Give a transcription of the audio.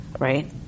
Right